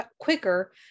quicker